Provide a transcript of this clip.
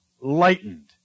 lightened